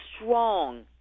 strong